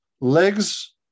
Legs